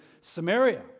Samaria